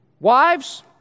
Wives